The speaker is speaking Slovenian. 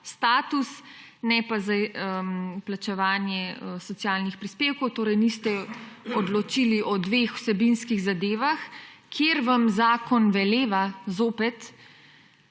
status, ne pa za plačevanje socialnih prispevkov. Torej niste odločili o dveh vsebinskih zadevah, kar vam zakon zopet